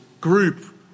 group